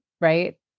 right